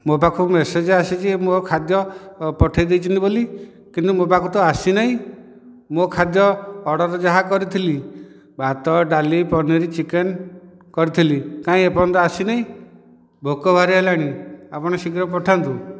ମୋ ପାଖକୁ ମେସେଜ ଆସିଛି ମୋ ଖାଦ୍ୟ ପଠେଇ ଦେଇଛନ୍ତି ବୋଲି କିନ୍ତୁ ମୋ ପାଖକୁ ତ ଆସିନାହିଁ ମୋ ଖାଦ୍ୟ ଅର୍ଡ଼ର ଯାହା କରିଥିଲି ଭାତ ଡ଼ାଲି ପନିର ଚିକେନ୍ କରିଥିଲି କାଇଁ ଏପର୍ଯ୍ୟନ୍ତ ଆସିନାହିଁ ଭୋକ ଭାରି ହେଲାଣି ଆପଣ ଶୀଘ୍ର ପଠାନ୍ତୁ